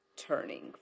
Turning